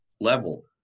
level